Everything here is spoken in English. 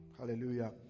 hallelujah